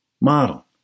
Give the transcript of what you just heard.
model